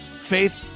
faith